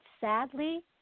sadly